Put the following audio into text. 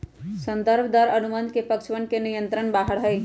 संदर्भ दर अनुबंध के पक्षवन के नियंत्रण से बाहर हई